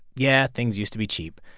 yeah, things used to be cheap.